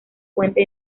puente